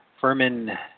Furman